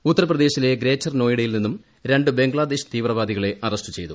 ന് ഉത്തർപ്രദേശിലെ ഗ്രേറ്റർ നോയിഡയിൽ നിന്നും ര ു ബംഗ്ലാദേശ് തീവ്രവാദികളെ അറസ്റ്റ് ചെയ്തു